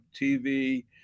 TV